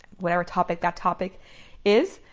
whatever topic that topic is,